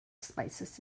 spices